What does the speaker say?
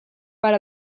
per